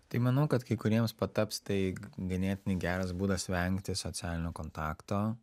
tai manau kad kai kuriems pataps tai ganėtinai geras būdas vengti socialinio kontakto